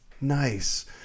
Nice